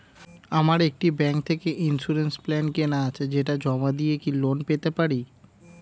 আমার একটি ব্যাংক থেকে ইন্সুরেন্স প্ল্যান কেনা আছে সেটা জমা দিয়ে কি লোন পেতে পারি?